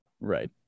Right